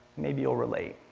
maybe you'll relate.